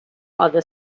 other